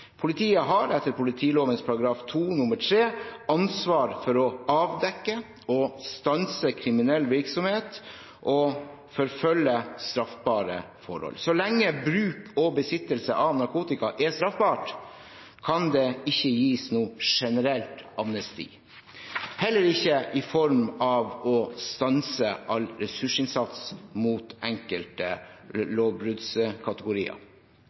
Politiet har etter politiloven § 2-3 ansvar for å avdekke og stanse kriminell virksomhet og forfølge straffbare forhold. Så lenge bruk og besittelse av narkotika er straffbart, kan det ikke gis noe generelt amnesti, heller ikke i form av å stanse all ressursinnsats mot